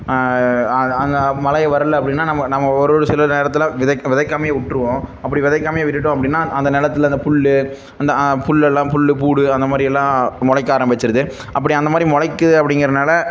அங்கே மழை வரல அப்படின்னா நம்ம நம்ம ஒரு ஒரு சில நேரத்தில் விதைக்க விதைக்காமயே விட்ருவோம் அப்படி விதைக்காமயே விட்டுட்டோம் அப்படின்னா அந்த நிலத்துல அந்த புல் அந்த புல் எல்லாம் புல் பூண்டு அந்த மாதிரியெல்லாம் முளைக்க ஆரம்பிச்சிடுது அப்படி அந்த மாதிரி முளைக்கிது அப்டிங்கிறதுனால